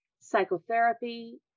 psychotherapy